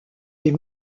des